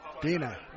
Dina